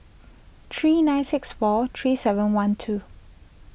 three nine six four three seven one two